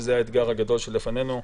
שזה האתגר הגדול שלפנינו,